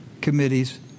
committees